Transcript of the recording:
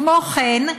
כמו כן,